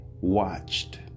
watched